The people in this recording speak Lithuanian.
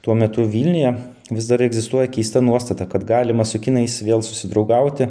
tuo metu vilniuje vis dar egzistuoja keista nuostata kad galima su kinais vėl susidraugauti